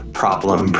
problem